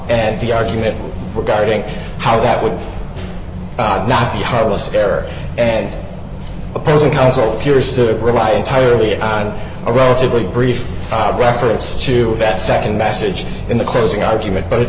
and the argument regarding how that would not be harmless error and opposing counsel appears to rely entirely on a relatively brief reference to that nd message in the closing argument but it's